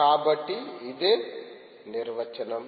కాబట్టి ఇదే నిర్వచనం